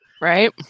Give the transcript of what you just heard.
Right